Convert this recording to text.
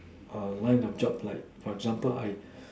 err line of job like for example like